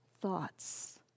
thoughts